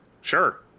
sure